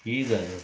ಈಗಲ್ಲ